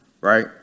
Right